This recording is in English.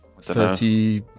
Thirty